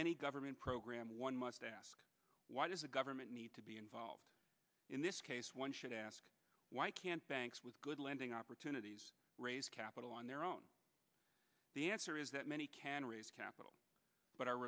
any government program one must ask why does a government need to be involved in this case one should ask why can't banks with good lending opportunities raise capital on their own the answer is that many can raise capital but are